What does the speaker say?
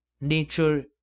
nature